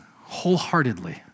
wholeheartedly